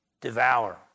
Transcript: devour